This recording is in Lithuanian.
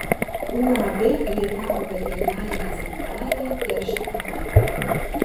uab rietavo veterinarinė sanitarija teršė aplinką